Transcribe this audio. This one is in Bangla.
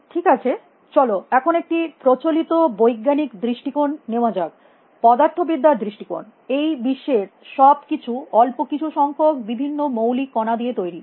ঠিক আছে চল এখন একটি প্রচলিত বৈজ্ঞানিক দৃষ্টিকোণ নেওয়া যাক পদার্থবিদ্যা র দৃষ্টিকোণ এই বিশ্বের সব কিছু অল্প কিছু সংখ্যক বিভিন্ন মৌলিক কণা দিয়ে তৈরী